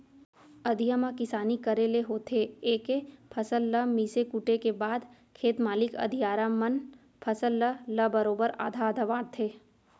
अधिया म किसानी करे ले होथे ए के फसल ल मिसे कूटे के बाद खेत मालिक अधियारा मन फसल ल ल बरोबर आधा आधा बांटथें